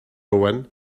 owen